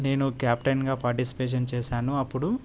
నేను కెప్టెన్గా పార్టిసిపేషన్ చేశాను అప్పుడు